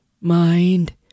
Mind